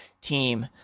team